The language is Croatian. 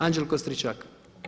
Anđelko Stričak.